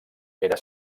era